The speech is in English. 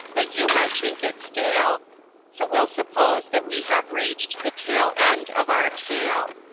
but you might think it stale so we'll suppose that we have reached the tail end of our tale.